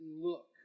look